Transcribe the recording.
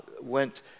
went